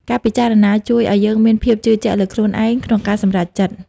ការពិចារណាជួយឱ្យយើងមានភាពជឿជាក់លើខ្លួនឯង ក្នុងការសម្រេចចិត្ត។